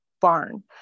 barn